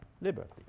liberty